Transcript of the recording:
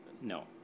no